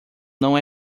não